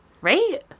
Right